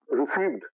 received